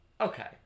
Okay